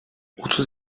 otuz